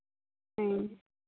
ᱦᱩᱸ